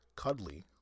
Cuddly